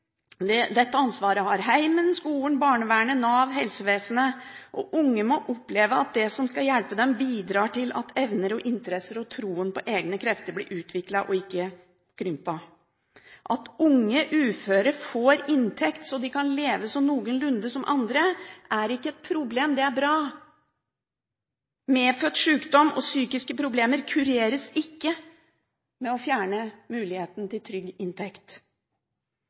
må oppleve at det som skal hjelpe dem, bidrar til at evner, interesser og troen på egne krefter blir utviklet og ikke krympet. At unge uføre får inntekt så de kan leve noenlunde som andre, er ikke et problem, det er bra. Medfødt sjukdom og psykiske problemer kureres ikke ved å fjerne muligheten til trygg inntekt.